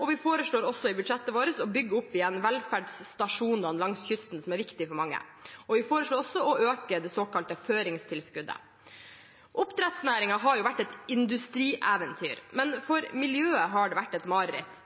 og vi foreslår også i budsjettet vårt å bygge opp igjen velferdsstasjonene langs kysten, som er viktig for mange. Vi foreslo også å øke det såkalte føringstilskuddet. Oppdrettsnæringen har vært et industrieventyr, men for miljøet har det vært et mareritt.